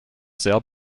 sehr